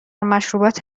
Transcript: مشروبات